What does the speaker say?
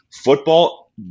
football